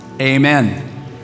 amen